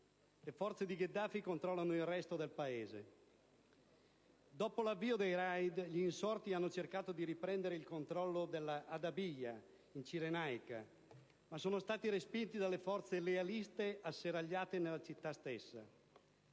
le forze di Gheddafi controllano il resto del Paese. Dopo l'avvio dei *raid* gli insorti hanno cercato di riprendere il controllo di Al Adabiya, in Cirenaica, ma sono stati respinti dalle forze lealiste asserragliate nella città stessa.